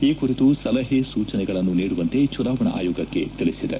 ಈ ಕುರಿತು ಸಲಹೆ ಸೂಚನೆಗಳನ್ನು ನೀಡುವಂತೆ ಚುನಾವಣಾ ಆಯೋಗಕ್ಕೆ ತಿಳಿಸಿದೆ